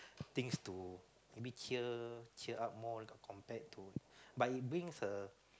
things to maybe cheer cheer up more compared to but it brings a